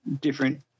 different